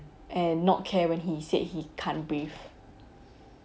and not care when he said he can't breathe